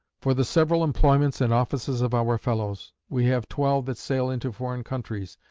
for the several employments and offices of our fellows we have twelve that sail into foreign countries,